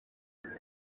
nubwo